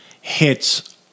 hits